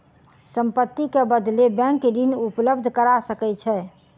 संपत्ति के बदले बैंक ऋण उपलब्ध करा सकै छै